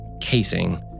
casing